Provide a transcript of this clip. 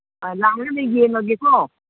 ꯑꯥ ꯂꯥꯛꯑꯒꯅꯦ ꯌꯦꯡꯉꯒꯦꯀꯣ